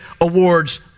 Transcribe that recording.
awards